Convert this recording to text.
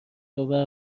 آور